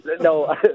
No